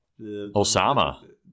Osama